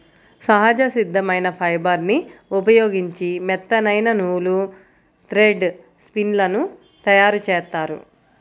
సహజ సిద్ధమైన ఫైబర్ని ఉపయోగించి మెత్తనైన నూలు, థ్రెడ్ స్పిన్ లను తయ్యారుజేత్తారు